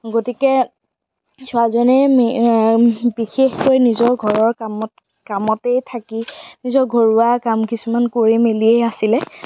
গতিকে ছোৱালীজনীয়ে বিশেষকৈ নিজৰ ঘৰৰ কাম কামতেই থাকি নিজৰ ঘৰুৱা কাম কিছুমান কৰি মেলি আছিলে